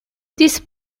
these